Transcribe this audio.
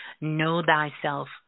know-thyself